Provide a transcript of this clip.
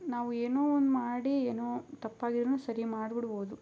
ನಾವು ಏನೋ ಒಂದು ಮಾಡಿ ಏನೋ ತಪ್ಪಾಗಿದ್ದರೂನು ಸರಿ ಮಾಡಿಬಿಡ್ಬೋದು